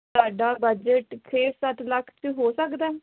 ਸਾਡਾ ਬਜਟ ਛੇ ਸੱਤ ਲੱਖ 'ਚ ਹੋ ਸਕਦਾ